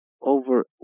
over